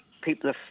people